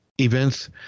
events